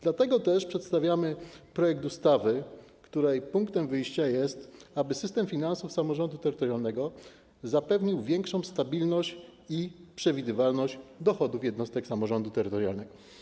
Dlatego też przedstawiamy projekt ustawy, w przypadku którego punktem wyjścia jest to, aby system finansów samorządu terytorialnego zapewnił większą stabilność i przewidywalność, jeśli chodzi o dochody jednostek samorządu terytorialnego.